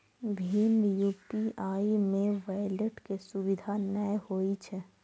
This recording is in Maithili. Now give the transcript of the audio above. भीम यू.पी.आई मे वैलेट के सुविधा नै होइ छै